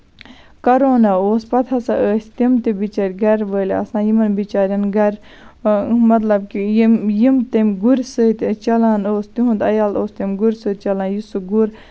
corona اوس پتہٕ ہسا ٲسۍ تم تہِ بِچٲرۍ گرٕ وٲلۍ آسان یِمن بِچارٮ۪ن گرٕ مطلب کہِ یِم تمہِ گُرِ سۭتۍ چلان ٲسۍ تِہُنٛد عیال اوس تمہِ گُرِ سۭتۍ چلان یُس سُہ گُر